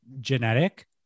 genetic